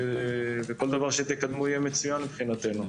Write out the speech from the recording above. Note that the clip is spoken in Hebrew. וכל דבר שתקדמו יהיה מצוין מבחינתנו.